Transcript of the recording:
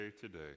today